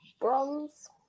bronze